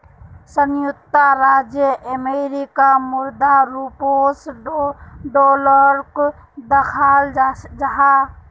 संयुक्त राज्य अमेरिकार मुद्रा रूपोत डॉलरोक दखाल जाहा